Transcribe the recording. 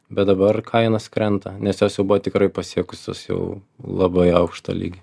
bet dabar kainos krenta nes jos jau buvo tikrai pasiekusios jau labai aukštą lygį